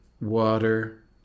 water